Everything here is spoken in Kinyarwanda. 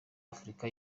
afrika